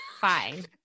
fine